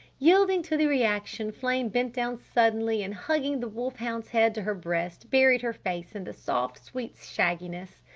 yielding to the reaction flame bent down suddenly and hugging the wolf hound's head to her breast buried her face in the soft, sweet shagginess.